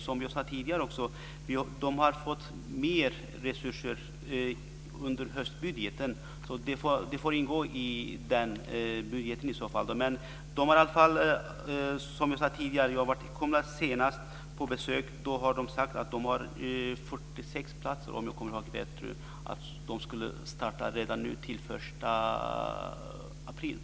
Det har anslagits mer resurser i höstbudgeten. Det får ske inom den budgeten. När jag var på besök på Kumla senast sade de att de skulle starta 46 platser till redan nu den 1 april, om jag minns rätt.